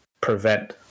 prevent